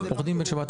עו"ד בן שבת,